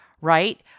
right